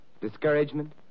Discouragement